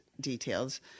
details